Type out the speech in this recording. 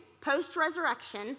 post-resurrection